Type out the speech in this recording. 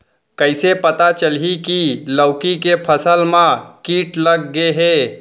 कइसे पता चलही की लौकी के फसल मा किट लग गे हे?